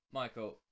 michael